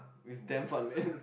which damn fun man